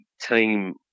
team